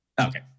okay